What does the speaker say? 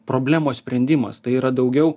problemos sprendimas tai yra daugiau